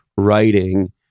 writing